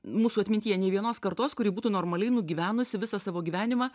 mūsų atmintyje nė vienos kartos kuri būtų normaliai nugyvenusi visą savo gyvenimą